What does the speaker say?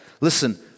listen